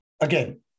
again